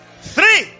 Three